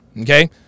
Okay